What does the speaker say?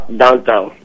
downtown